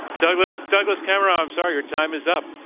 douglas douglas kamerow, i'm sorry, your time is up.